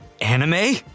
Anime